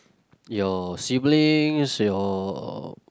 your siblings your